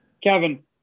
Kevin